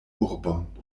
urbon